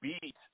beat